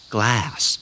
Glass